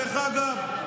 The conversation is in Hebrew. דרך אגב,